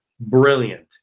brilliant